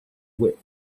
whip